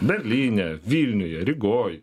berlyne vilniuje rygoj